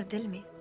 ah tell me